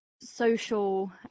social